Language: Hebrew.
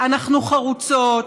אנחנו חרוצות,